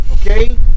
okay